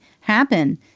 happen